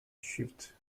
shifted